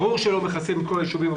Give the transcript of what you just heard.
ברור שלא מכסים את כל הישובים.